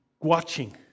watching